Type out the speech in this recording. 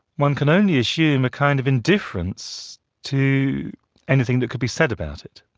one could only assume a kind of indifference to anything that could be said about it.